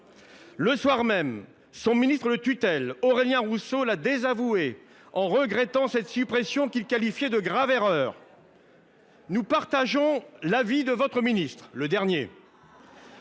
Le soir même, son ministre de tutelle, M. Aurélien Rousseau la désavouait, en regrettant cette suppression, qu’il qualifiait de « grave erreur ». Nous partageons l’avis de votre ministre – je